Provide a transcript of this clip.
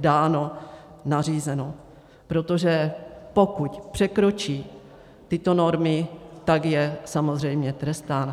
dáno, nařízeno, protože pokud překročí tyto normy, tak je samozřejmě trestán.